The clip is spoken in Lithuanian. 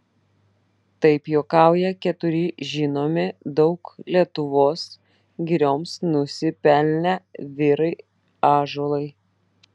taip juokauja keturi žinomi daug lietuvos girioms nusipelnę vyrai ąžuolai